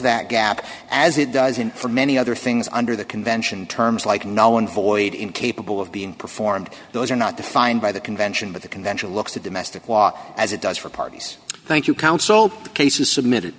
that gap as it does in many other things under the convention terms like no one void incapable of being performed those are not defined by the convention but the convention looks at domestic law as it does for parties thank you council the case is submitted